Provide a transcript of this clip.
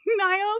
Niles